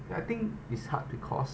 ya I think it's hard because